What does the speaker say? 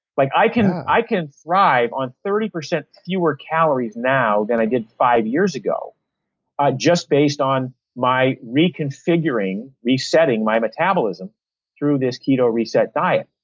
like i can i can thrive on thirty percent fewer calories now than i did five years ago just based on my reconfiguring, resetting my metabolism through this keto reset diet.